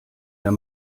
der